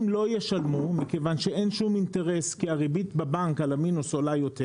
לא ישלמו מכיוון שאין שום אינטרס כי הריבית בבנק על המינוס עולה יותר